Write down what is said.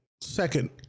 second